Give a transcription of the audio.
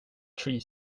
tree